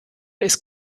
ist